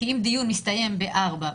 כי אם דיון הסתיים ב-16:00,